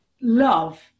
love